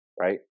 right